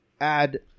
add